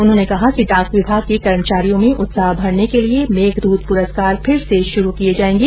उन्होंने कहा कि डाक विभाग के कर्मचारियों में उत्साह भरने के लिये मेघदूत पुरस्कार फिर से शुरू किये जायेंगे